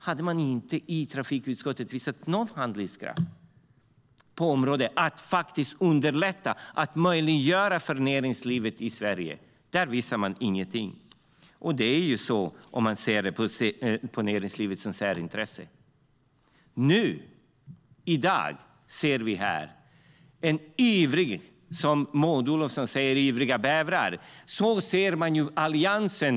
Men i trafikutskottet visades inte någon handlingskraft för att underlätta för näringslivet i Sverige, och så blir det när man ser på näringslivet som ett särintresse. I dag ser vi här, som Maud Olofsson säger, ivriga bävrar.